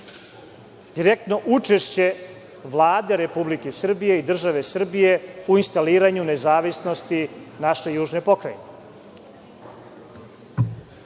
direktno učešće Vlade Republike Srbije i države Srbije u instaliranju nezavisnosti naše južne pokrajine. Takođe,